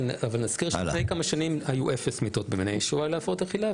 אבל נזכיר שלפני כמה שנים היו אפס מיטות להפרעות אכילה במעייני הישועה,